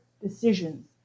decisions